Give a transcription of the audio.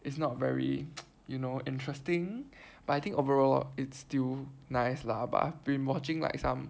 it's not very you know interesting but I think overall it's still nice lah but I have been watching like some